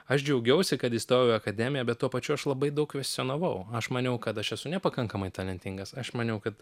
aš džiaugiausi kad įstojau į akademiją bet tuo pačiu aš labai daug kvestionavau aš maniau kad aš esu nepakankamai talentingas aš maniau kad